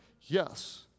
Yes